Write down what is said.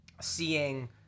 seeing